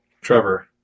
Trevor